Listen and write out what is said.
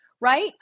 right